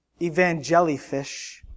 evangelifish